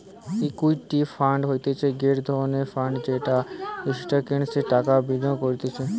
equity fund হতিছে গটে ধরণের ফান্ড যেটা স্টকসে টাকা বিনিয়োগ করতিছে